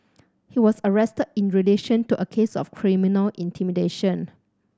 he was arrested in relation to a case of criminal intimidation